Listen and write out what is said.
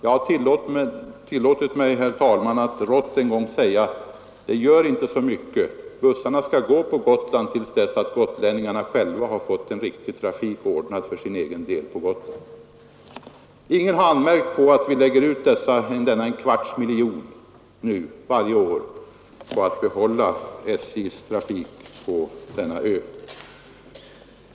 Men jag har tillåtit mig, herr talman, att en gång säga litet rått att det inte gör så mycket, för bussarna skall gå på Gotland till dess gotlänningarna själva har fått en riktig trafik ordnad. Ingen har anmärkt på att vi lägger ut en kvarts miljon varje år på att behålla SJ:s trafik på denna ö.